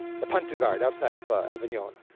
the pont du gard outside of avignon.